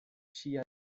ŝia